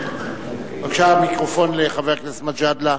בבקשה, מיקרופון לחבר הכנסת מג'אדלה,